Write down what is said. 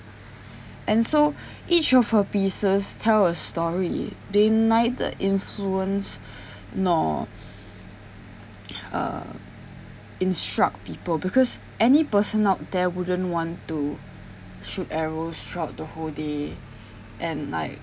and so each of her pieces tell a story they neither influence nor uh instruct people because any person out there wouldn't want to shoot arrows throughout the whole day and like